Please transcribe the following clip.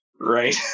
right